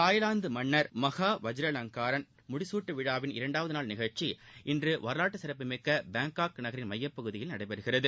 Thailand மன்னர் Maha Vajiralongkorn முடிசூட்டும் விழாவின் இரண்டாவது நாள் நிகழ்ச்சி இன்று வரலாற்று சிறப்புமிக்க பாங்காங் நகரின் மையப்பகுதியில் நடைபெறுகிறது